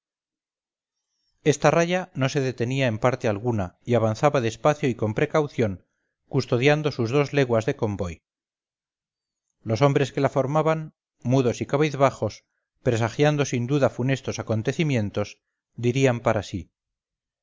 esta raya no se detenía en parte alguna y avanzaba despacio y con precaución custodiando sus dos leguas de convoy los hombres que la formaban mudos y cabizbajos presagiando sin duda funestos acontecimientos dirían para sí